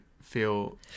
feel